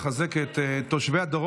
אני רוצה לחזק את תושבי הדרום,